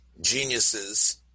geniuses